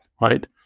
right